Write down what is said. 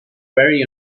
very